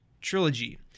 trilogy